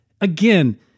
again